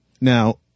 Now